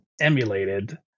emulated